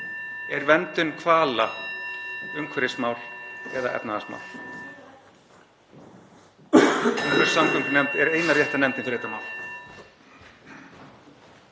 Er verndun hvala umhverfismál eða efnahagsmál? Umhverfis- og samgöngunefnd er eina rétta nefndin fyrir þetta mál.